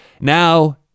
Now